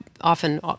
often